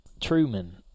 truman